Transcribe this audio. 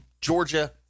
Georgia